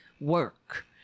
work